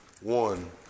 one